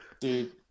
dude